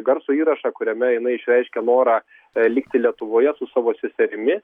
garso įrašą kuriame jinai išreiškė norą likti lietuvoje su savo seserimi